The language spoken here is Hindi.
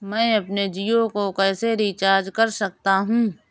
मैं अपने जियो को कैसे रिचार्ज कर सकता हूँ?